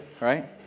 right